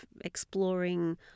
exploring